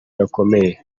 gakomeye